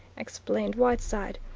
explained whiteside.